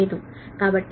కాబట్టి R 0